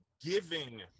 giving